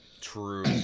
true